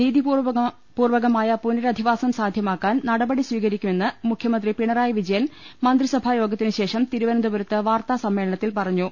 നീതിപൂർവ്വകമായ പുന രധിവാസം സാധ്യമാക്കാൻ നടപടി സ്വീകരിക്കുമെന്ന് മുഖ്യമന്ത്രി പിണറായി വിജയൻ മന്ത്രിസഭായോഗത്തി നുശേഷം തിരുവനന്തപുരത്ത് വാർത്താസമ്മേളനത്തിൽ പറഞ്ഞു